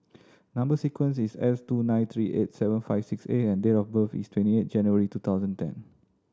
number sequence is S two nine three eight seven five six A and date of birth is twenty eight January two thousand and ten